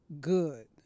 good